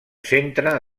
centre